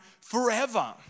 forever